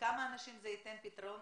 לכמה אנשים זה ייתן פתרון